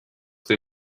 they